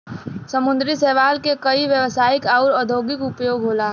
समुंदरी शैवाल के कई व्यवसायिक आउर औद्योगिक उपयोग होला